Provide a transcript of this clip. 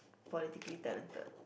politically talented